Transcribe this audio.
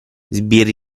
sbirri